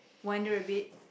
wander a bit